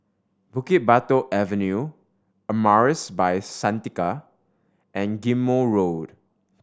Bukit Batok Avenue Amaris By Santika and Ghim Moh Road